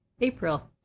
April